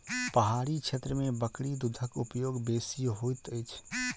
पहाड़ी क्षेत्र में बकरी दूधक उपयोग बेसी होइत अछि